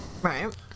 Right